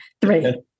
Three